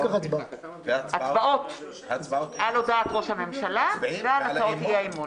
כך הצבעות על הודעת ראש הממשלה ועל הצעות האי-אמון.